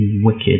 wicked